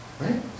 Right